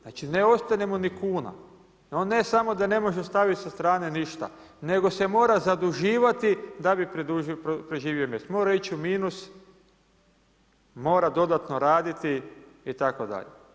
Znači ne ostane mu ni kuna, on ne samo da ne može staviti sa strane ništa, nego se mora zaduživati da bi preživo mjesec, mora ići u minus, mora dodatno raditi itd.